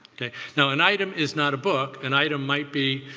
okay? now an item is not a book. an item might be